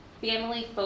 family